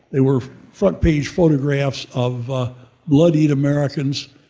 there were front page photographs of bloodied americans.